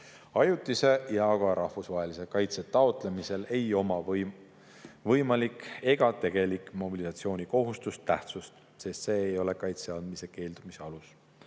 Ajutise ja ka rahvusvahelise kaitse taotlemisel ei oma võimalik ega tegelik mobilisatsioonikohustus tähtsust, sest see ei ole kaitse andmisest keeldumise alus.